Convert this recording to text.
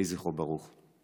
יהי זכרו ברוך.